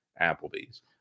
Applebee's